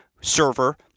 server